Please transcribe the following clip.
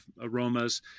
aromas